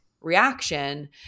reaction